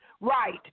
Right